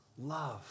love